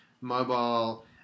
mobile